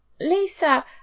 Lisa